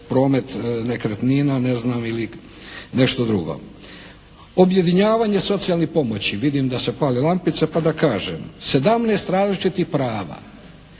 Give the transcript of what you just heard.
promet nekretnina ne znam, ili nešto drugo. Objedinjavanje socijalne pomoći. Vidim da se pale lampice pa da kažem. 17 različitih prava.